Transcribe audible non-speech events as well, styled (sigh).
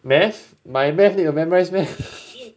math my math need to memorise meh (laughs)